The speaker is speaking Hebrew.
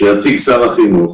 שיציג שר החינוך,